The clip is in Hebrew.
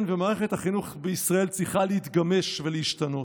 כן, ומערכת החינוך בישראל צריכה להתגמש ולהשתנות.